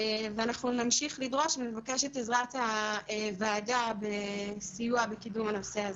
אנחנו נמשיך לדרוש זאת ונבקש את עזרת הוועדה בסיוע וקידום הנושא הזה.